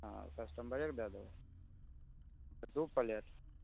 हँ कस्टमरेके द देबै तऽ दू प्लेट